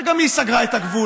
שגם היא סגרה את הגבול.